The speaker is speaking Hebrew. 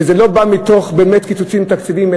שזה לא באמת מתוך קיצוצים תקציביים,